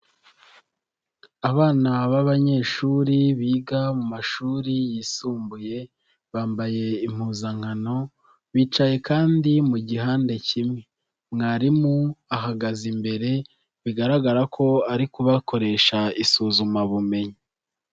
Abana babanyeshuri biga mu mashuri yisumbuye bambaye impuzankano bicaye kandi mu gihande kimwe mwarimu ahagaze imbere bigaragara ko ari kubakoresha isuzumabumenyi.